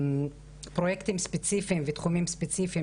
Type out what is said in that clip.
לפרוייקטים ספציפיים בתחומים ספציפיים